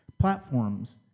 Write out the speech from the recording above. platforms